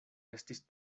estis